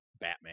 Batman